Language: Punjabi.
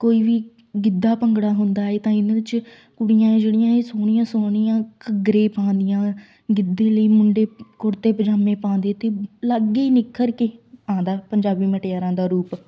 ਕੋਈ ਵੀ ਗਿੱਧਾ ਭੰਗੜਾ ਹੁੰਦਾ ਏ ਤਾਂ ਇਹਨਾਂ ਵਿੱਚ ਕੁੜੀਆਂ ਏ ਜਿਹੜੀਆਂ ਇਹ ਸੋਹਣੀਆਂ ਸੋਹਣੀਆਂ ਘੱਗਰੇ ਪਾਉਂਦੀਆਂ ਗਿੱਧੇ ਲਈ ਮੁੰਡੇ ਕੁੜਤੇ ਪਜਾਮੇ ਪਾਉਂਦੇ ਅਤੇ ਅਲੱਗ ਹੀ ਨਿਖਰ ਕੇ ਆਉਂਦਾ ਪੰਜਾਬੀ ਮਟਿਆਰਾਂ ਦਾ ਰੂਪ